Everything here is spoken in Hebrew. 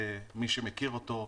מי שמכיר אותו,